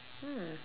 hmm